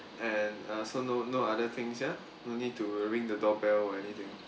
and uh so no no other things ya no need to ring the doorbell or anything